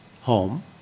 home